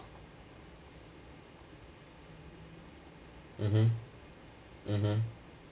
mmhmm mmhmm